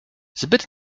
zbyt